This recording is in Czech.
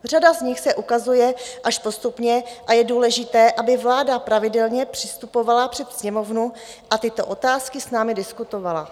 Řada z nich se ukazuje až postupně a je důležité, aby vláda pravidelně přistupovala před Sněmovnu a tyto otázky s námi diskutovala.